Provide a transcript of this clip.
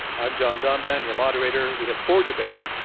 i'm john donvan, your moderator. we have four debaters,